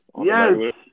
Yes